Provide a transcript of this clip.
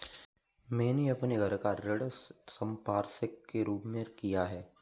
मैंने अपने घर का उपयोग ऋण संपार्श्विक के रूप में किया है